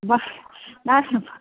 বা না